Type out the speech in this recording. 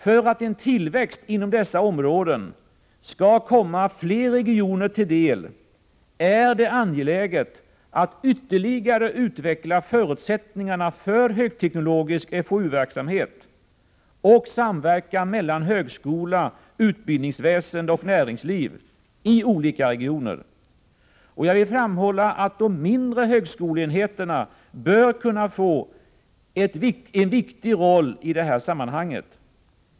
För att en tillväxt inom dessa områden skall komma fler regioner till del är det angeläget att ytterligare utveckla förutsättningarna för högteknologisk FoU-verksamhet och samverkan mellan högskola, utbildningsväsende och näringsliv i olika regioner. Jag vill framhålla att de mindre högskoleenheterna bör kunna få en viktig roll i det här sammanhanget.